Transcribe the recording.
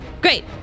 Great